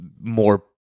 more